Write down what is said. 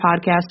podcast